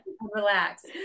relax